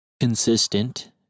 consistent